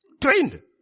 Trained